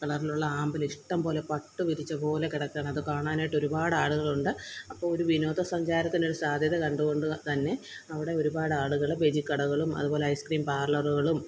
കളറിലുള്ള ആമ്പല് ഇഷ്ടം പോലെ പട്ടു വിരിച്ച പോലെ കിടക്കുന്നത് കാണാനായിട്ട് ഒരുപാട് ആളുകളുണ്ട് അപ്പോൾ ഒരു വിനോദസഞ്ചാരത്തിന് ഒരു സാധ്യത കണ്ടു കൊണ്ട് തന്നെ അവിടെ ഒരുപാട് ആളുകൾ ബജിക്കടകളും അതുപോലെ ഐസ്ക്രീം പാര്ലറുകളും